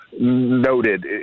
noted